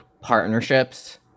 partnerships